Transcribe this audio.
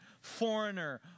foreigner